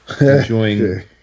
Enjoying